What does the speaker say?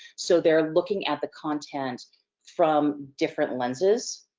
so, they're looking at the content from different lenses,